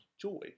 joy